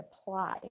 apply